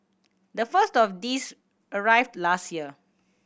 the first of these arrived last year